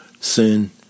sin